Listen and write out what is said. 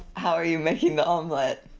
how are you making the omelette?